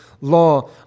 law